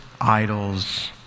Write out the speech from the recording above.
idols